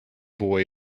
boy